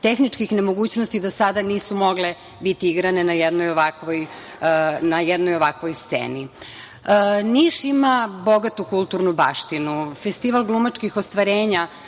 tehničkih nemogućnosti do sada nisu mogle biti igrane na jednoj ovakvoj sceni. Niš ima bogatu kulturnu baštinu. Festival glumačkih ostvarenja,